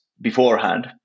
beforehand